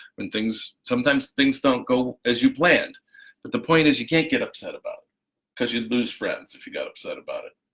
and sometimes things don't go as you planned, but the point is you can't get upset about because you'd lose friends if you got upset about it.